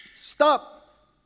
stop